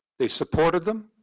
they supported them.